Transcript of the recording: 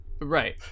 Right